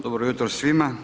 Dobro jutro svima.